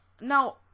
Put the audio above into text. Now